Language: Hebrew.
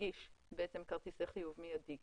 להנגיש כרטיסי חיוב מיידי